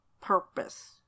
purpose